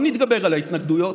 אבל נתגבר על ההתנגדויות.